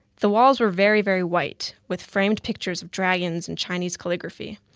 the walls were very very white, with framed pictures of dragons and chinese calligraphy.